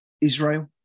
Israel